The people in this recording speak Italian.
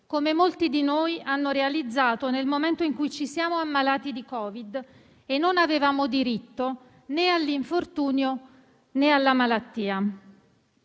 come in molti abbiano realizzato nel momento in cui ci siamo ammalati di Covid e non avevamo diritto né all'infortunio, né alla malattia.